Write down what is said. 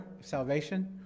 salvation